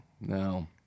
No